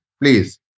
Please